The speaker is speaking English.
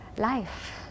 Life